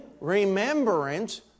remembrance